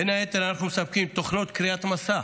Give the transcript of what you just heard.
בין היתר, אנחנו מספקים תוכנות קריאת מסך.